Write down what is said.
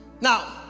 Now